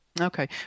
Okay